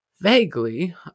vaguely